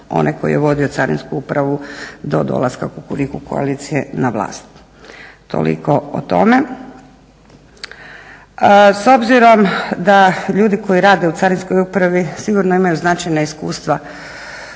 onaj tko je vodio Carinsku upravu do dolaska Kukuriku koalicije na vlast. Toliko o tome. S obzirom da ljudi koji rade u Carinskoj upravi sigurno imaju značajna iskustva